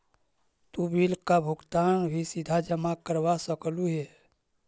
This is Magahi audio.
तु बिल का भुगतान भी सीधा जमा करवा सकलु हे